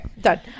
done